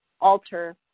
alter